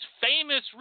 famous